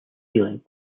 sailing